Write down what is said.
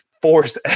force